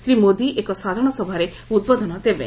ଶ୍ରୀ ମୋଦି ଏକ ସାଧାରଣ ସଭାରେ ଉଦ୍ବୋଧନ ଦେବେ